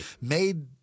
made—